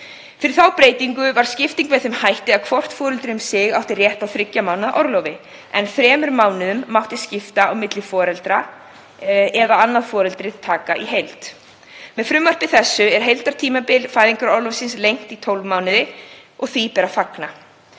Fyrir þá breytingu var skipting með þeim hætti að hvort foreldri um sig átti rétt á þriggja mánaða orlofi, en þremur mánuðum mátti skipta á milli foreldra eða annað foreldrið taka í heild. Með frumvarpi þessu er heildartímabil fæðingarorlofsins lengt í tólf mánuði og því ber að fagna.